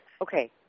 okay